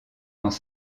dans